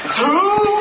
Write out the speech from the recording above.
two